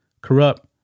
corrupt